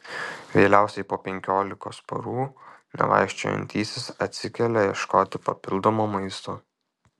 vėliausiai po penkiolikos parų nevaikščiojantysis atsikelia ieškoti papildomo maisto